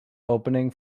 opening